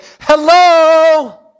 hello